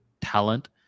talent